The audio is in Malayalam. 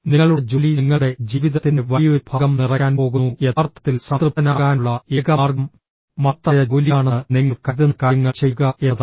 നിങ്ങളുടെ ജോലി നിങ്ങളുടെ ജീവിതത്തിന്റെ വലിയൊരു ഭാഗം നിറയ്ക്കാൻ പോകുന്നു യഥാർത്ഥത്തിൽ സംതൃപ്തനാകാനുള്ള ഏക മാർഗ്ഗം മഹത്തായ ജോലിയാണെന്ന് നിങ്ങൾ കരുതുന്ന കാര്യങ്ങൾ ചെയ്യുക എന്നതാണ്